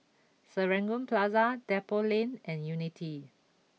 Serangoon Plaza Depot Lane and Unity